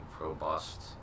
robust